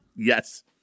Yes